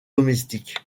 domestiques